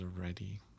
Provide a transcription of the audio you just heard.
already